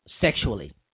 sexually